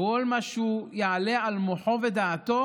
כל מה שהוא יעלה על מוחו ודעתו